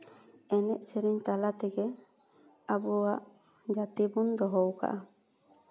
ᱮᱱᱮᱡᱼᱥᱮᱨᱮᱧ ᱛᱟᱞᱟ ᱛᱮᱜᱮ ᱟᱵᱚᱣᱟᱜ ᱡᱟᱹᱛᱤ ᱵᱚᱱ ᱫᱚᱦᱚ ᱟᱠᱟᱫᱟ